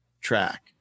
track